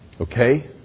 Okay